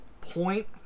point